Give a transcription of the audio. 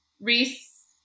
Reese